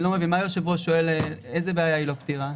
מה היושב ראש שואל לגבי בעיה שהיא לא פתירה?